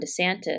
DeSantis